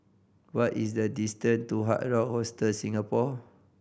what is the distant to Hard Rock Hostel Singapore